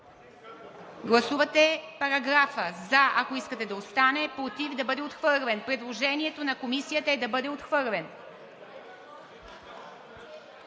Гласувате параграфа – за, ако искате да остане, против – да бъде отхвърлен. Предложението на Комисията е да бъде отхвърлен.